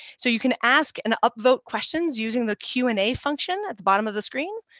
so you can ask and upvote questions using the q and a function at the bottom of the screen.